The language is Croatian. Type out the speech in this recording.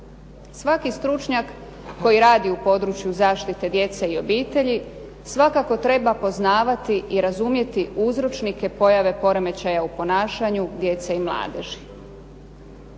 Svaki stručnjak koji radi u području zaštite djece i obitelji svakako treba poznavati i razumjeti uzročnike pojave poremećaju u ponašanju djece i mladeži.